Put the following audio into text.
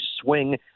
swing